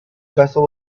vessel